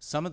some of the